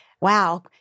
wow